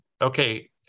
okay